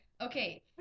Okay